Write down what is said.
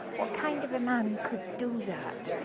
kind of man could do that?